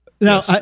Now